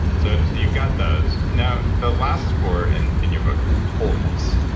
so so you've got those. now, the last four and in your book, wholeness.